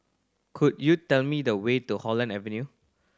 could you tell me the way to Holland Avenue